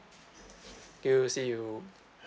thank you see you